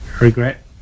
Regret